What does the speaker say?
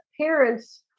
parents